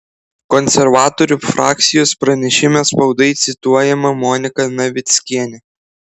konservatorių frakcijos pranešime spaudai cituojama monika navickienė